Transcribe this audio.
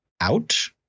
out